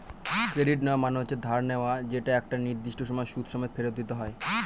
credit নেওয়া মানে হচ্ছে ধার নেওয়া যেটা একটা নির্দিষ্ট সময় সুদ সমেত ফেরত দিতে হয়